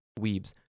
weebs